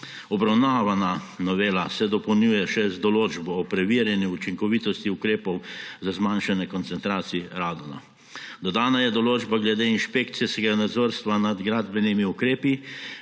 Obravnavana novela se dopolnjuje še z določbo o preverjanju učinkovitosti ukrepov za zmanjšanje koncentracije radona. Dodana je določba glede inšpekcijskega nadzorstva nad gradbenimi ukrepi